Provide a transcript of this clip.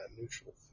neutral